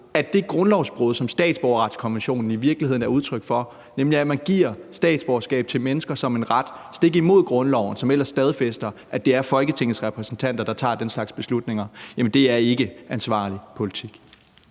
ved det grundlovsbrud, som statsborgerretskonventionen i virkeligheden er udtryk for, nemlig at man giver statsborgerskab til mennesker som en ret – stik imod grundloven, som ellers stadfæster, at det er Folketingets repræsentanter, der tager den slags beslutninger – og det er ikke ansvarlig politik.